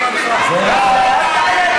שר הבינוי